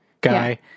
guy